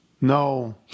No